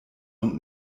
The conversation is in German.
und